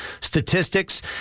statistics